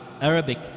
arabic